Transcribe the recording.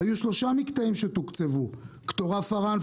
היו שלושה מקטעים שתוקצבו: קטורה-פארן,